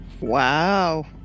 Wow